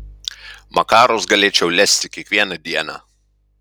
makarus galėčiau lesti kiekvieną dieną